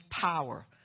power